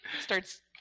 starts